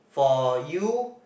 for you